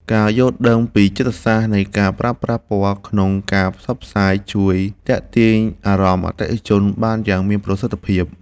ការយល់ដឹងពីចិត្តសាស្ត្រនៃការប្រើប្រាស់ពណ៌ក្នុងការផ្សព្វផ្សាយជួយទាក់ទាញអារម្មណ៍អតិថិជនបានយ៉ាងមានប្រសិទ្ធភាព។